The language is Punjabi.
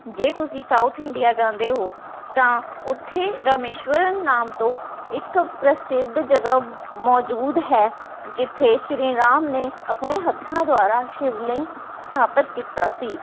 ਜੇ ਤੁਸੀਂ ਸਾਊਥ ਇੰਡੀਆ ਜਾਂਦੇ ਹੋ ਤਾਂ ਉੱਥੇ ਰਮੇਸ਼ਵਰਨ ਨਾਮ ਤੋਂ ਇੱਕ ਪ੍ਰਸਿੱਧ ਜਗ੍ਹਾ ਮੌਜੂਦ ਹੈ ਜਿੱਥੇ ਸ਼੍ਰੀ ਰਾਮ ਨੇ ਆਪਣੇ ਹੱਥਾਂ ਦੁਆਰਾ ਸ਼ਿਵਲਿੰਗ ਸਥਾਪਿਤ ਕੀਤਾ ਸੀ